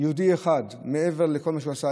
ליהודי אחד מעבר לכל מה שהוא עשה,